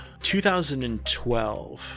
2012